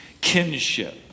kinship